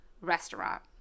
restaurant